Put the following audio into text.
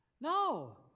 No